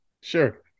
Sure